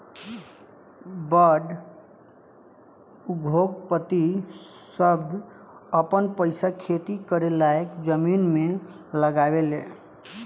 बड़ उद्योगपति सभ आपन पईसा खेती करे लायक जमीन मे लगावे ले